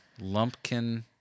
lumpkin